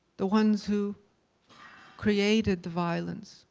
the ones who created the violence,